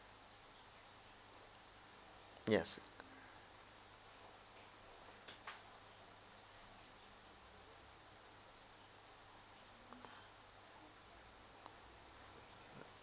yes